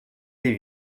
des